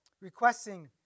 requesting